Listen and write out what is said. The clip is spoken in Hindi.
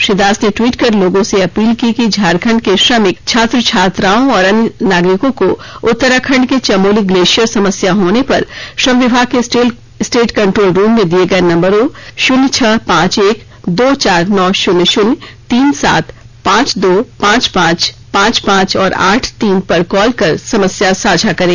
श्री दास ने ट्वीट कर लोगों से अपील की कि झारखंड के श्रमिक छात्र छात्राओं और अन्य नागरिकों को उत्तराखंड के चमोली ग्लेशियर समस्या होनेपर श्रम विभाग के स्टेट कंट्रोल रूम में दिये गये नंबरों शन्य छह पांच एक दो चार नौ शन्यशन्य तीन सात पांच दो पांच पांच पांच पांच और आठ तीन पर कॉल कर समस्या साझा करें